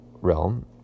realm